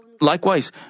likewise